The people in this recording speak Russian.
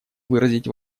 выразить